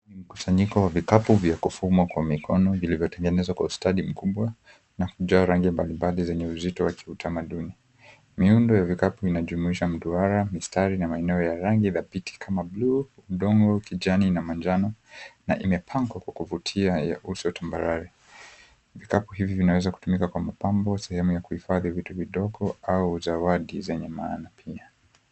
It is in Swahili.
Ni mkusanyiko wa vikapu vya kufuma kwa mikono, vilivyotengenezwa kwa ustadi mkubwa, na kujua rangi mbalimbali zenye uzito wa kiutamaduni. Miundo ya vikapu inajumuisha mduara, mistari, na maeneo ya rangi dhabiti kama blue , udongoro, kijani na manjano, na imepangwa kwa kuvutia ya uso tambarare. Vikapu hivi vyaweza kutumiwa kwa mapambo, sehemu ya kuhifadhi vitu vidogo, au zawadi zenye maana pia.